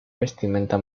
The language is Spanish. vestimenta